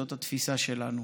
זו התפיסה שלנו.